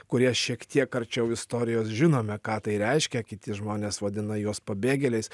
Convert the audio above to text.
kurie šiek tiek arčiau istorijos žinome ką tai reiškia kiti žmonės vadina juos pabėgėliais